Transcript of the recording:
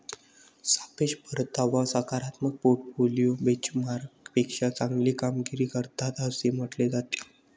सापेक्ष परतावा सकारात्मक पोर्टफोलिओ बेंचमार्कपेक्षा चांगली कामगिरी करतात असे म्हटले जाते